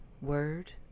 word